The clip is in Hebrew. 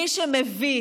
מי שמביך,